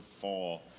fall